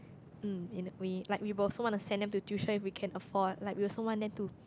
mm in we like we also want to send them to tuition if we can afford like we also want them to